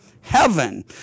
heaven